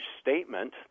statement